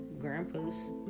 grandpa's